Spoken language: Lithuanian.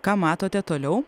ką matote toliau